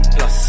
Plus